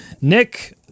Nick